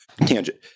tangent